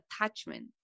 attachment